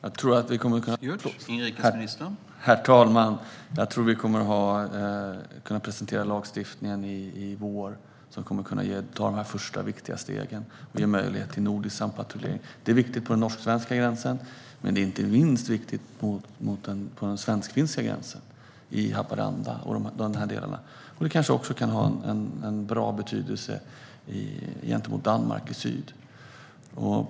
Herr talman! Jag tror att vi kommer att kunna presentera lagstiftningen i vår. Vi kommer då att kunna ta de första viktiga stegen och ge möjlighet till nordisk sampatrullering. Det är viktigt vid den norsk-svenska gränsen, och det är inte minst viktigt vid den svensk-finska gränsen - i Haparanda och de delarna. Det kanske också kan ha en bra betydelse gentemot Danmark i syd.